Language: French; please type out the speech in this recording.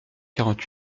quarante